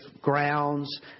grounds